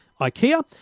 Ikea